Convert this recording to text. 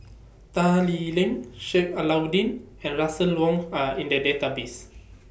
Tan Lee Leng Sheik Alau'ddin and Russel Wong Are in The Database